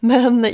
Men